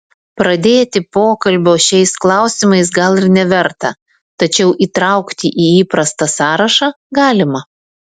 pradėti pokalbio šiais klausimais gal ir neverta tačiau įtraukti į įprastą sąrašą galima